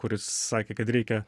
kuris sakė kad reikia